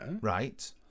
Right